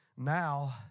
Now